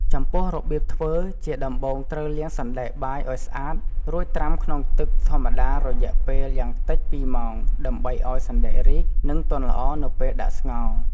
ចំពោះរបៀបធ្វើ ជាដំបូងត្រូវលាងសណ្ដែកបាយឱ្យស្អាត រួចត្រាំក្នុងទឹកធម្មតារយៈពេលយ៉ាងតិច ២ម៉ោងដើម្បីឱ្យសណ្តែករីក និងទន់ល្អនៅពេលដាក់ស្ងោរ។